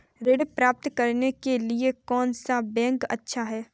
ऋण प्राप्त करने के लिए कौन सा बैंक अच्छा है?